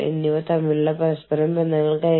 അതിനാൽ നമ്മുടെ കഴിവുകൾ വർദ്ധിപ്പിക്കുന്നു